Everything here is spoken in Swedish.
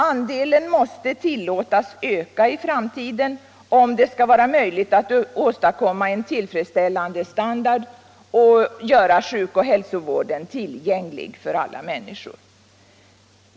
Andelen måste tillåtas öka i framtiden om det skall vara möjligt att åstadkomma en tillfredsställande standard och göra sjukoch hälsovården tillgänglig för alla människor.